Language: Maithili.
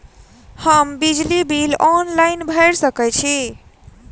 हम बिजली बिल ऑनलाइन भैर सकै छी?